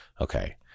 okay